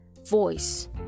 voice